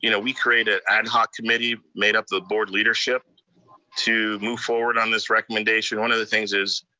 you know we create a ad hoc committee, made up the board leadership to move forward on this recommendation. one of the things is,